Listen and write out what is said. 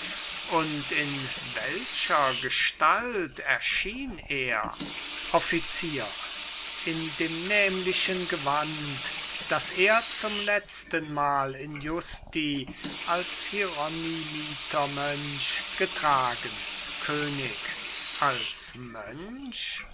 und in welcher gestalt erschien er offizier in dem nämlichen gewand das er zum letztenmal in justi als hieronymitermönch getragen könig als mönch